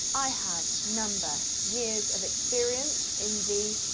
i have number years of experience in the